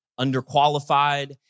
underqualified